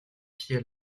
pieds